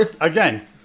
Again